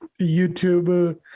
youtube